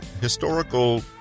historical